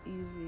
easy